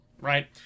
right